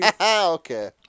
Okay